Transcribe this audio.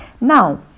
now